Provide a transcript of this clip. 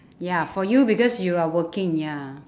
ya for you because you are working ya